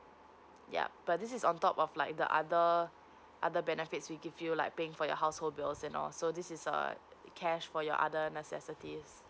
yup but this is on top of like the other other benefits we give you like paying for your household bills and all so this is uh cash for your other necessities